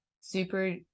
super